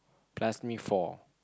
plus me four